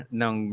ng